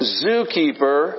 zookeeper